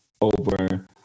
over